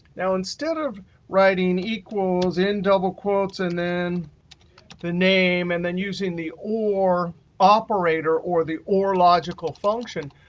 now instead of writing equals in double quotes and then the name and then using the or operator or the or logical function,